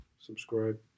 subscribe